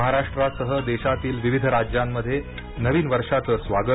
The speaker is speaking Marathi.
महाराष्ट्रासह देशातील विविध राज्यांमध्ये नवीन वर्षाचं स्वागत